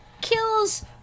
kills